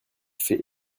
fait